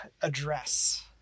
address